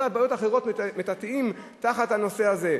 ואת כל הבעיות האחרות מטאטאים תחת הנושא הזה.